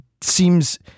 seems